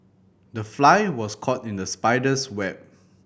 the fly was caught in the spider's web